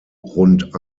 rund